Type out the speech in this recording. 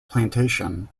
plantation